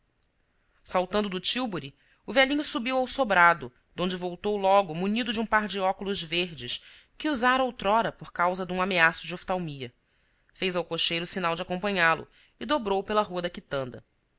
saltando do tílburi o velhinho subiu ao sobrado donde voltou logo munido de um par de óculos verdes que usara outrora por causa dum ameaço de oftalmia fez ao cocheiro sinal de acompanhálo e dobrou pela rua da quitanda